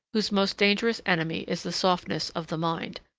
whose most dangerous enemy is the softness of the mind.